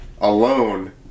alone